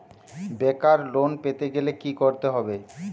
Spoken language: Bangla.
বেকার লোন পেতে গেলে কি করতে হবে?